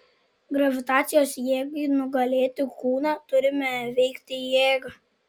gravitacijos jėgai nugalėti kūną turime veikti jėga